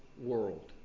world